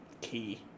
key